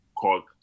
called